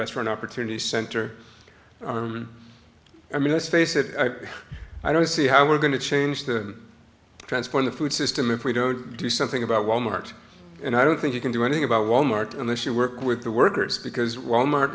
restaurant opportunity center i mean let's face it i don't see how we're going to change the transponder food system if we don't do something about wal mart and i don't think you can do anything about wal mart unless you work with the workers because wal mart